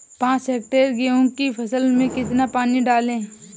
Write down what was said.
पाँच हेक्टेयर गेहूँ की फसल में कितना पानी डालें?